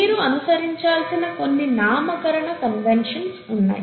మీరు అనుసరించాల్సిన కొన్ని నామకరణ కన్వెన్షన్స్ ఉన్నాయి